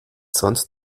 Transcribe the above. sonst